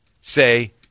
say